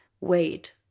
weight